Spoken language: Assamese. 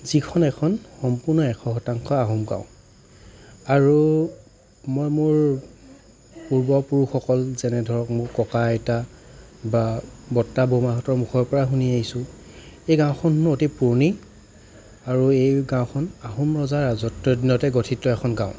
যিখন এখন সম্পূৰ্ণ এশ শতাংশ আহোম গাঁও আৰু মই মোৰ পূৰ্বপুৰুষসকল যেনে ধৰক মোৰ ককা আইতা বা বৰ্তা বৰমাহঁতৰ মুখৰ পৰা শুনি আহিছোঁ এই গাঁওখন হেনো অতি পুৰণি আৰু এই গাঁওখন আহোম ৰজাৰ ৰাজত্বৰ দিনতে গঠিত এখন গাঁও